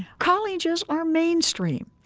colleges are mainstream,